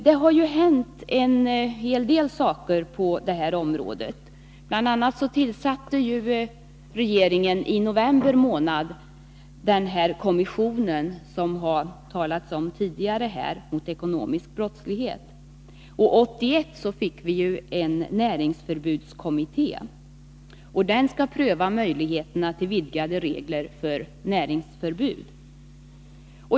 Det har på den senaste tiden faktiskt hänt en del på det här området. Bl. a. tillsatte regeringen i november 1982 en kommission med uppdrag att lämna förslag till åtgärder mot ekonomisk brottslighet. Det har tidigare i debatten talats om denna kommission. 1981 tillsattes en näringsförbudskommitté. Denna skall pröva möjligheterna till vidgade regler om näringsförbud.